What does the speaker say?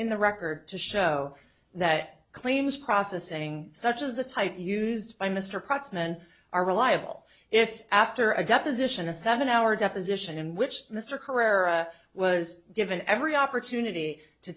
in the record to show that claims processing such as the type used by mr krugman are reliable if after a deposition a seven hour deposition in which mr career was given every opportunity to